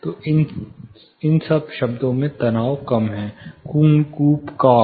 तो इन शब्दों में तनाव समान है कून कूप कॉप